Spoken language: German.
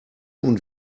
und